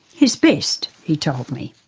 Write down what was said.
his best he told me.